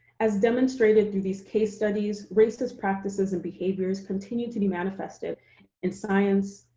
as demonstrated through these case studies, racist practices and behaviors continue to be manifested in science,